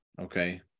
Okay